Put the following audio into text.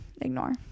ignore